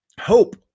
hope